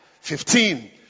Fifteen